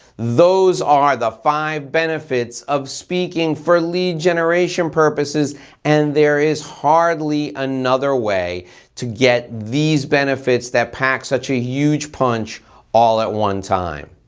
those are the five benefits of speaking for lead generation purposes and there is hardly another way to get these benefits that pack such a huge punch all at one time.